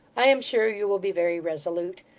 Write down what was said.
i am sure you will be very resolute,